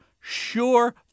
sure